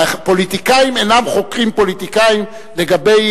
הפוליטיקאים אינם חוקרים פוליטיקאים לגבי